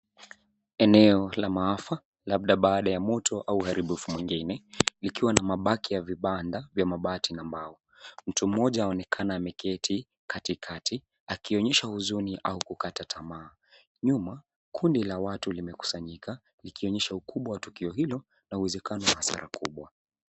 Eneo la maafa labda baada ya moto au uharibifu mwingine vikiwa na mabaki ya vibanda vya mabati na mbao. Mtu mmoja anaonekana ameketi katikati akionyesha huzuni au kukata tamaa. Nyuma, kundi la watu limekusanyika likionyesha ukubwa wa tukio hilo na uwezekano wa hasara kubwa.